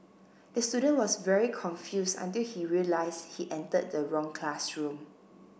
the student was very confused until he realised he entered the wrong classroom